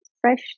fresh